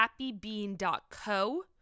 happybean.co